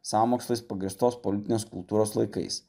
sąmokslais pagrįstos politinės kultūros laikais